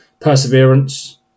perseverance